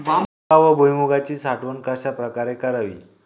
मका व भुईमूगाची साठवण कशाप्रकारे करावी?